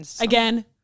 Again